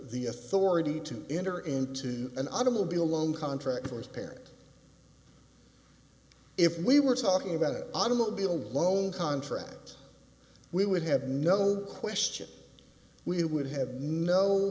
the authority to enter into an automobile loan contract for his parents if we were talking about an automobile lol contract we would have no question we would have no